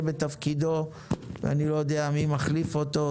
את תפקידו ואני לא יודע מי מחליף אותו,